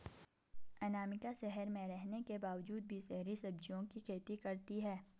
अनामिका शहर में रहने के बावजूद भी शहरी सब्जियों की खेती करती है